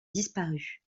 disparue